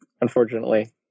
unfortunately